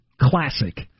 classic